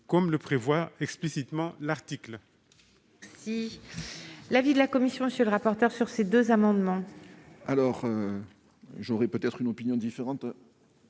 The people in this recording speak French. comme le prévoit explicitement l'article.